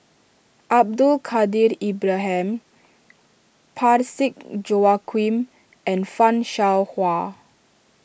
Abdul Kadir Ibrahim Parsick Joaquim and Fan Shao Hua